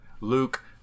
Luke